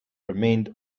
remained